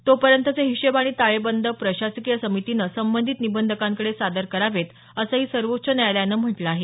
तोपर्यंतचे हिशेब आणि ताळेबंद प्रशासकीय समितीनं संबंधित निबंधकांकडे सादर करावेत असंही सर्वोच्च न्यायालयानं म्हटलं आहे